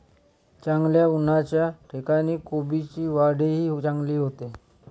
चांगल्या उन्हाच्या ठिकाणी कोबीची वाढही चांगली होते